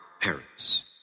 parents